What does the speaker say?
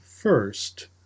first